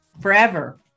forever